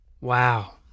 Wow